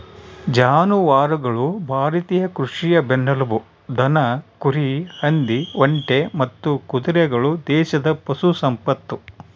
ಜಾನುವಾರುಗಳು ಭಾರತೀಯ ಕೃಷಿಯ ಬೆನ್ನೆಲುಬು ದನ ಕುರಿ ಹಂದಿ ಒಂಟೆ ಮತ್ತು ಕುದುರೆಗಳು ದೇಶದ ಪಶು ಸಂಪತ್ತು